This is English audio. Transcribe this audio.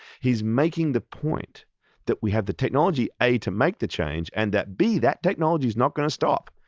he's making the point that we have the technology a. to make the change, and that b. that technology's not going to stop.